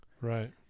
Right